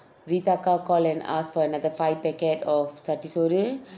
rita அக்கா:akka call and ask for another five packets of சட்டி சோறு:satti soru